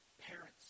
Parents